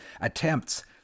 attempts